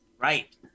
Right